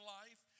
life